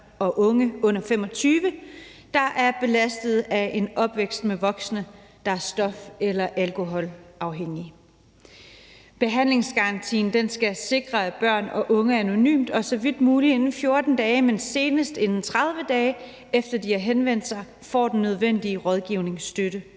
og unge under 25 år, der er belastet af en opvækst med voksne, der er stof- eller alkoholafhængige. Behandlingsgarantien skal sikre, at børn og unge anonymt, og så vidt muligt inden 14 dage, men senest inden 30 dage efter at de har henvendt sig, får den nødvendige rådgivning, støtte